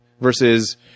versus